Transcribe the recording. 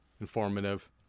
informative